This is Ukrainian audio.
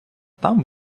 там